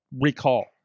recall